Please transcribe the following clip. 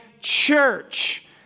church